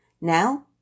Now